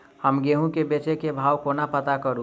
हम गेंहूँ केँ बेचै केँ भाव कोना पत्ता करू?